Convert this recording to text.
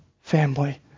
family